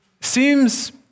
seems